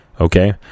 Okay